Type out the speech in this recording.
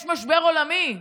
יש משבר עולמי.